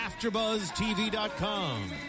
AfterBuzzTV.com